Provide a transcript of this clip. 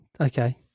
okay